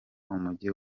umujyi